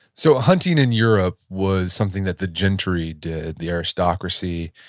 so hunting in europe was something that the gentry did, the aristocracy.